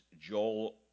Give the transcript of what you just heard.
Joel